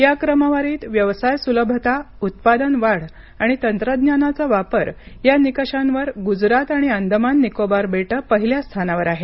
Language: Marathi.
या क्रमवारीत व्यवसाय सुलभता उत्पादन वाढ आणि तंत्रज्ञानाचा वापर या निकषावर गुजरात आणि अंदमान निकोबार बेट पहिल्या स्थानावर आहेत